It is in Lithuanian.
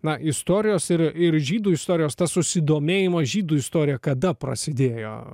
na istorijos ir ir žydų istorijos tas susidomėjimo žydų istorija kada prasidėjo